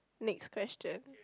next question